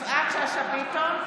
ביטון,